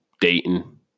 Dayton